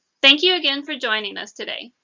thank you again for joining us today.